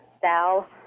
Sal